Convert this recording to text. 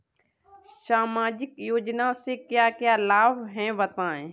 सामाजिक योजना से क्या क्या लाभ हैं बताएँ?